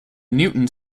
newton